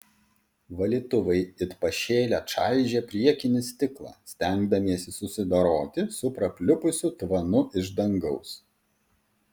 valytuvai it pašėlę čaižė priekinį stiklą stengdamiesi susidoroti su prapliupusiu tvanu iš dangaus